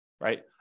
Right